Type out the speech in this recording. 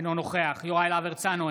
אינו נוכח יוראי להב הרצנו,